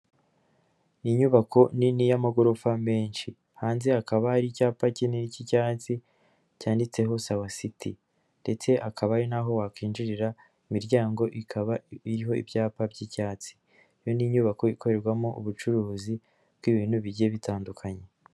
Ni inyubako nini y'amagorofa menshi, hanze hakaba hari icyapa kinini k'icyatsi, cyanditseho sawa siti. Ndetse akaba ari naho wakwinjirira, imiryango ikaba iriho ibyapa by'icyatsi, iyo ni inyubako ikorerwamo ubucuruzi, bw'ibintu bigiye bitandukanye.